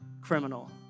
criminal